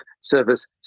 service